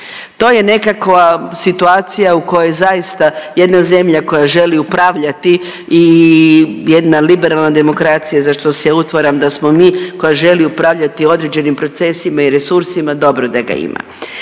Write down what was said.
To je nekakva situacija u kojoj zaista jedna zemlja koja želi upravljati i jedna liberalna demokracija za što si ja utvaram da smo mi koja želi upravljati određenim procesima i resursima dobro da ga ima.